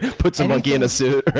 puts a monkey in a suit, right?